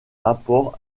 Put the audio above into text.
rapports